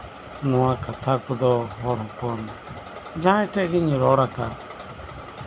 ᱱᱚᱣᱟ ᱠᱟᱛᱷᱟ ᱠᱚᱫᱚ ᱡᱟᱸᱦᱟᱭ ᱴᱷᱮᱡ ᱜᱤᱧ ᱨᱚᱲ ᱟᱠᱟᱫ